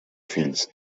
fills